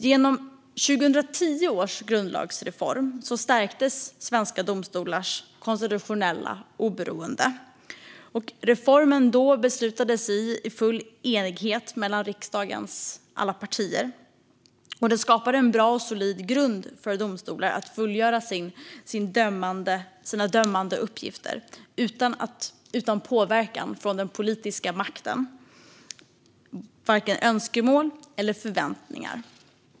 Genom 2010 års grundlagsreform stärktes svenska domstolars konstitutionella oberoende. Reformen beslutades i full enighet mellan riksdagens alla partier, och det skapade en bra och solid grund för domstolarna att fullgöra sina dömande uppgifter utan påverkan från den politiska maktens önskemål och förväntningar.